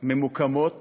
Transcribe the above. ממוקמות